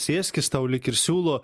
sėskis tau lyg ir siūlo